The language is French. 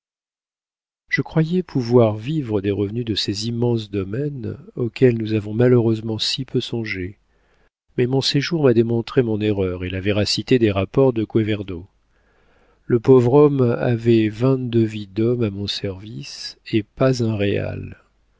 je croyais pouvoir vivre des revenus de ces immenses domaines auxquels nous avons malheureusement si peu songé mais mon séjour m'a démontré mon erreur et la véracité des rapports de queverdo le pauvre homme avait vingt-deux vies d'homme à mon service et pas un réal